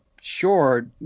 sure